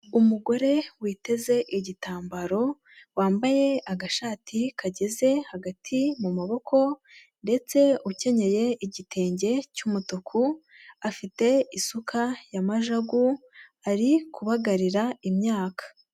Umugore witeze igitambaro wambaye agashati kageze hagati mu maboko ndetse ukenyeye igitenge cy'umutuku, afite isuka ya majagu ari kubagarira imyaka.